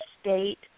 state